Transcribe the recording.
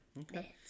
Okay